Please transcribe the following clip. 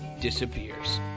disappears